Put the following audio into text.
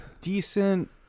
Decent